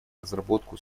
разработку